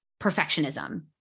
perfectionism